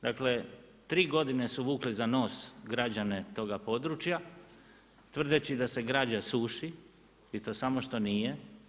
Dakle, tri godine su vukli za nos građane toga područja tvrdeći da se građa suši i to samo što nije.